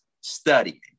studying